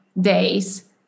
days